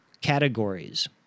categories